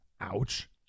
Ouch